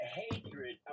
hatred